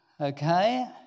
okay